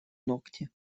ногти